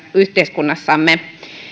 yhteiskunnassamme